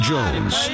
Jones